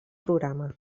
programa